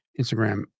Instagram